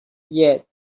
yet